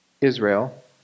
israel